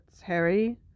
Harry